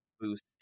boost